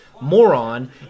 moron